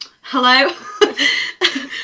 hello